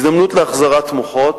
הזדמנות להחזרת מוחות,